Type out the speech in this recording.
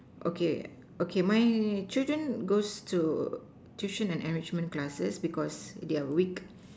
okay okay my children goes to tuition and enrichment classes because they are weak